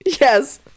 Yes